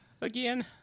Again